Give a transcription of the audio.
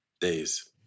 days